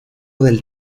del